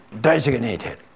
designated